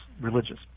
religious